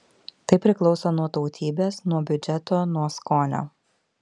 tai priklauso nuo tautybės nuo biudžeto nuo skonio